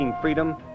freedom